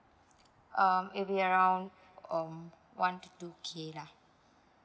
uh maybe around um one to two K lah